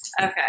Okay